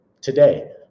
today